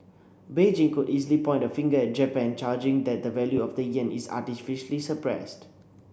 Beijing could easily point a finger at Japan charging that the value of the yen is artificially suppressed